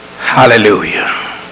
hallelujah